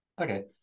Okay